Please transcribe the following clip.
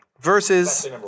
versus